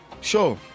sure